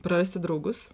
prarasti draugus